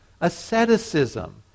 asceticism